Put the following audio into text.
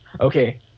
okay